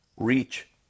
reach